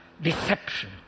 deception